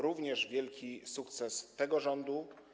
Również wielki sukces tego rządu.